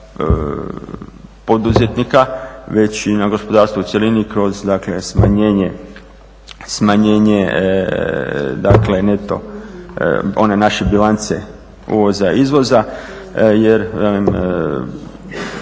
poduzetnika već i na gospodarstvo u cjelini kroz, dakle smanjenje dakle neto one naše bilance uvoza i izvoza. Jer velim